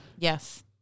Yes